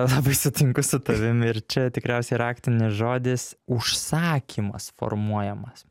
labai sutinku su tavim ir čia tikriausiai raktinis žodis užsakymas formuojamas